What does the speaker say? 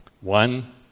One